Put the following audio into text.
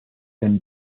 and